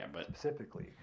specifically